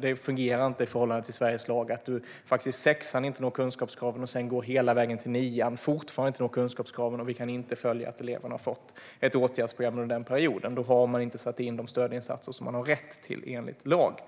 Det fungerar inte i förhållande till Sveriges lag att en elev som inte når kunskapskraven i sexan sedan går hela vägen till nian och fortfarande inte når kunskapskraven utan att vi kan se att eleven har fått ett åtgärdsprogram under den perioden. Då har man inte satt in de stödinsatser som eleven har rätt till enligt lag.